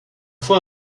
fois